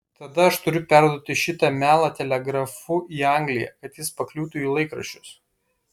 tada aš turiu perduoti šitą melą telegrafu į angliją kad jis pakliūtų į laikraščius